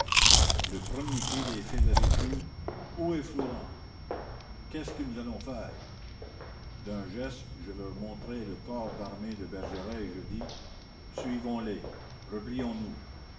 le premier cri des fédérés fut où est flourens qu'est-ce que nous allons faire d'un geste je leur montrai le corps d'armée de bergeret et je dis suivons les replions nous